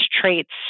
traits